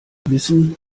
wissen